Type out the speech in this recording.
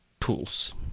tools